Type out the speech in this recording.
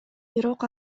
бирок